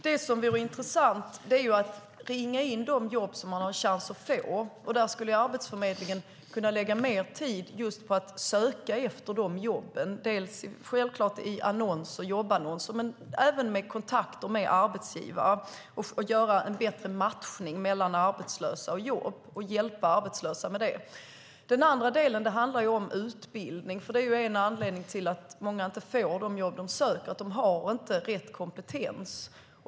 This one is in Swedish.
Det intressanta vore att ringa in de jobb som den arbetslösa har chans att få. Arbetsförmedlingen skulle kunna lägga mer tid just på att söka efter de jobben, självklart i jobbannonser men också genom kontakter med arbetsgivare och göra en bättre matchning mellan arbetslösa och jobb och hjälpa arbetslösa med det. Den andra delen handlar om utbildning. En anledning till att många inte får de jobb som de söker är ju att de inte har rätt kompetens.